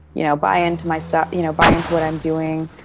you know, buy into my sto you know, buy into what i'm doing.